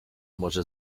może